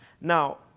Now